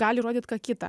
gali rodyt ką kitą